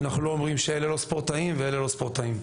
אנחנו לא אומרים לא שאלה ספורטאים ולא שאלה לא ספורטאים,